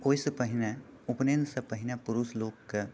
ओहिसँ पहिने उपनेनसँ पहिने पुरुष लोककेँ